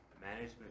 management